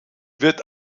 wird